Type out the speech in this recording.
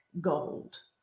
Gold